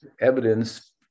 evidence